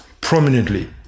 prominently